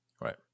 Right